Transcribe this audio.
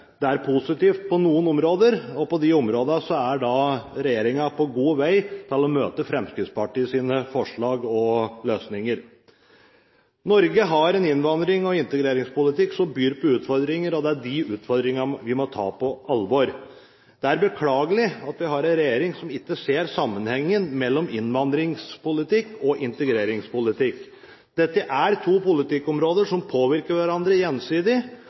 Det er positivt på noen områder, og på de områdene er regjeringen på god vei til å møte Fremskrittspartiets forslag og løsninger. Norge har en innvandrings- og integreringspolitikk som byr på utfordringer. Det er de utfordringene vi må ta på alvor. Det er beklagelig at vi har en regjering som ikke ser sammenhengen mellom innvandringspolitikk og integreringspolitikk. Dette er to politikkområder som påvirker hverandre gjensidig,